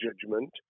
judgment